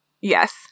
Yes